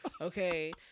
okay